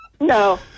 No